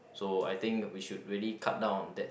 so I think we should really cut down on that